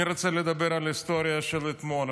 אני רוצה לדבר על ההיסטוריה של אתמול,